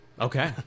Okay